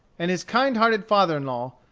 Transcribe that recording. and his kind-hearted father-in-law,